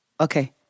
Okay